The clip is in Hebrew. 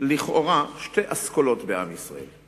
לכאורה שתי אסכולות בעם ישראל.